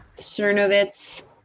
Cernovitz